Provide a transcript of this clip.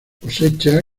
cosecha